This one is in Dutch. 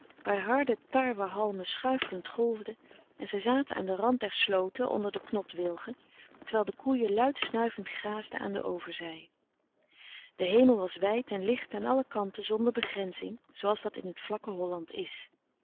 waar de harde tarwe halmen schuifelend golfden en ze zaten aan den rand der slooten onder de knotwilgen terwijl de koeien luid snuivend graasden aan de overzij de hemel was wijd en licht aan alle kanten zonder begrenzing zooals dat in t vlakke holland is